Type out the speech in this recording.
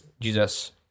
Jesus